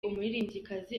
umuririmbyikazi